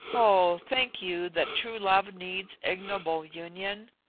oh, think you that true love needs ignoble union?